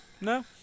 No